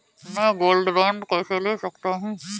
मैं gold bond कैसे ले सकता हूँ?